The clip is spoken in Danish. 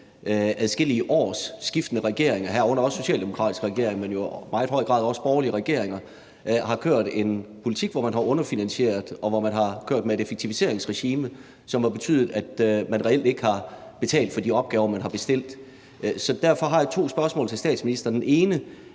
adskillige års skiftende regeringer, herunder socialdemokratiske regeringer, men jo i meget høj grad også borgerlige regeringer, har ført en politik, hvor man har underfinansieret, og hvor man har kørt med et effektiviseringsregime, som har betydet, at man reelt ikke har betalt for de opgaver, man har bestilt. Så derfor har jeg to spørgsmål til statsministeren. Det ene